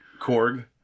Korg